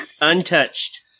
Untouched